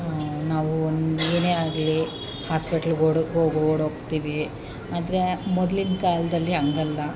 ನಾವು ಒಂದು ಏನೇ ಆಗಲಿ ಹಾಸ್ಪೆಟ್ಲ್ಗೆ ಓಡಿ ಹೋಗಿ ಓಡೋಗ್ತೀವಿ ಆದರೆ ಮೊದ್ಲಿನ ಕಾಲದಲ್ಲಿ ಹಂಗಲ್ಲ